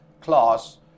class